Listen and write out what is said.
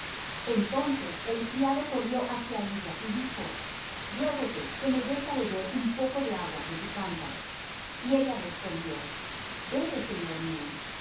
entonces el criado corrió hacia ella y dijo ruégote que me des á beber un poco de agua de tu cántaro y ella respondió bebe señor mío